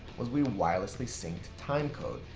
was we wirelessly synced the time code.